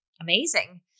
amazing